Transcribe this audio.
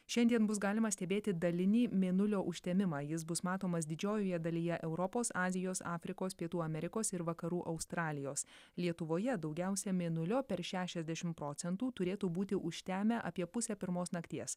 šiandien bus galima stebėti dalinį mėnulio užtemimą jis bus matomas didžiojoje dalyje europos azijos afrikos pietų amerikos ir vakarų australijos lietuvoje daugiausia mėnulio per šešiasdešim procentų turėtų būti užtemę apie pusę pirmos nakties